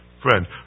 friend